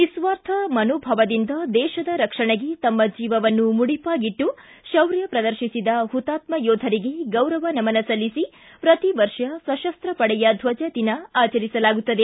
ನಿಸ್ವಾರ್ಥ ಮನೋಭಾವದಿಂದ ದೇಶದ ರಕ್ಷಣೆಗೆ ತಮ್ಮ ಜೀವವನ್ನು ಮುಡಿಪಾಗಿಟ್ಟು ಶೌರ್ಯ ಪ್ರದರ್ತಿಸಿದ ಹುತಾತ್ಮ ಯೋಧರಿಗೆ ಗೌರವ ನಮನ ಸಲ್ಲಿಸಿ ಪ್ರತಿ ವರ್ಷ ಸಶಸ್ತ ಪಡೆಯ ಧ್ವಜ ದಿನ ಆಚರಿಸಲಾಗುತ್ತದೆ